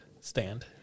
stand